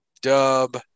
Dub